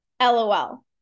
LOL